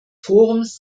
forums